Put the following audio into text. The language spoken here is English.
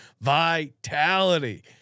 Vitality